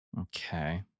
Okay